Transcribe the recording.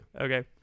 Okay